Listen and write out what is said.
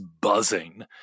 buzzing